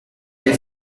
est